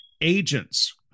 agents